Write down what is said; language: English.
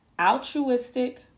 altruistic